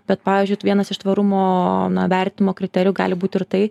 bet pavyzdžiui vienas iš tvarumo vertinimo kriterijų gali būti ir tai